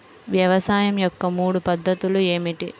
వ్యవసాయం యొక్క మూడు పద్ధతులు ఏమిటి?